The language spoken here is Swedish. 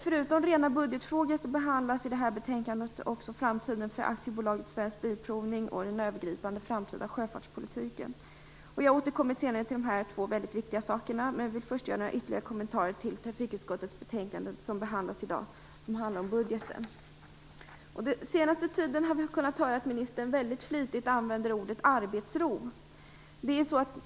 Förutom rena budgetfrågor behandlas i det här betänkandet också framtiden för Aktiebolaget Svensk Bilprovning och den övergripande framtida sjöfartspolitiken. Jag återkommer senare till de här två väldigt viktiga sakerna, men jag vill först göra ytterligare några kommentarer om trafikutskottets betänkande som behandlas i dag och som handlar om budgeten. Den senaste tiden har vi kunnat höra ministern väldigt flitigt använda ordet arbetsro.